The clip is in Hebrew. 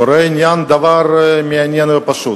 קורה דבר מעניין ופשוט: